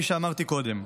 כפי שאמרתי קודם.